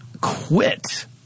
quit –